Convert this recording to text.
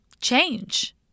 change